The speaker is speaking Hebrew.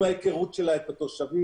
עם ההיכרות שלה את התושבים,